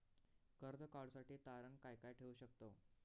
कर्ज काढूसाठी तारण काय काय ठेवू शकतव?